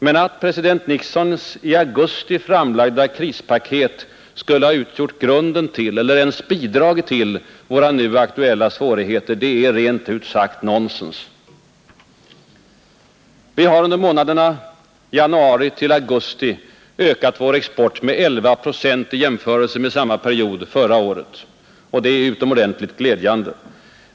Men att president Nixons i augusti framlagda krispaket skulle ha utgjort grunden till eller ens bidragit till våra nu aktuella svårigheter, det är rent ut sagt nonsens. Vi har under månaderna januari—-augusti ökat vår export med 11 procent i jämförelse med samma period förra året, och det är utomordentligt glädjande.